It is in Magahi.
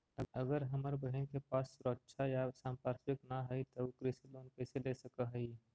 अगर हमर बहिन के पास सुरक्षा या संपार्श्विक ना हई त उ कृषि लोन कईसे ले सक हई?